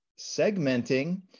segmenting